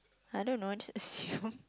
I don't know just assume